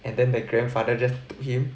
and then the grandfather just took him